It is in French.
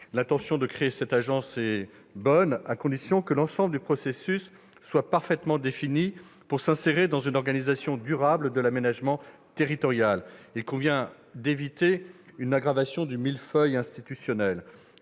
L'intention est bonne à condition que l'ensemble du processus soit parfaitement défini pour s'insérer dans une organisation durable de l'aménagement territorial. Il convient d'éviter une aggravation du phénomène du millefeuille institutionnel.